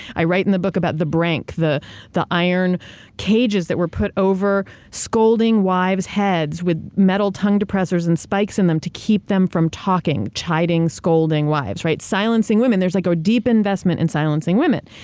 i write in the book about the brank, the the iron cages that were put over scolding wives' heads with metal tongue depressors and spikes in them to keep them from talking, chiding, scolding wives, right? silencing women. there's a like deep investment in silencing women.